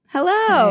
Hello